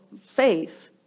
faith